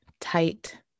tight